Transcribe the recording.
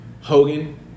Hogan